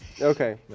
Okay